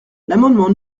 l’amendement